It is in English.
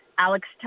Alex